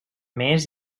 més